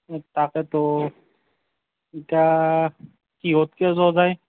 তাকেতো এতিয়া কিহত কিহত যোৱা যায়